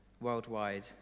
worldwide